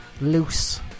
loose